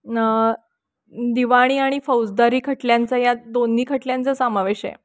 न दिवाणी आणि फौजदारी खटल्यांचं या दोन्ही खटल्यांचं समावेश आहे